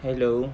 hello